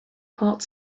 part